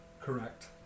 Correct